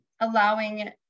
allowing